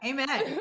Amen